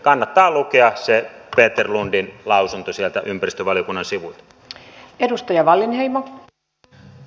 kannattaa lukea se peter lundin lausunto sieltä ympäristövaliokunnan sivuilta